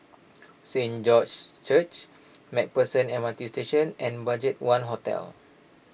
Saint George's Church MacPherson M R T Station and Budgetone Hotel